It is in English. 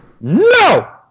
No